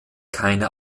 keine